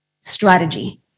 Strategy